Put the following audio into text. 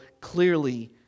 clearly